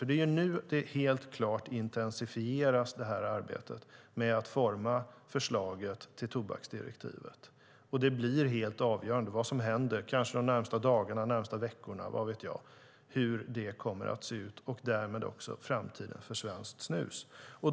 Det är nämligen helt klart nu arbetet med att forma förslaget till tobaksdirektivet intensifieras, och vad som händer kanske de närmaste dagarna eller veckorna - vad vet jag - blir helt avgörande för hur det kommer att se ut och därmed också för framtiden för svenskt snus.